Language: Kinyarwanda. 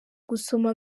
gusoma